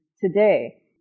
today